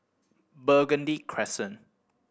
Burgundy Crescent